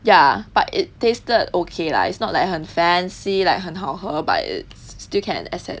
ya but it tasted ok lah it's not like 很 fancy like 很好喝 but it's still can accept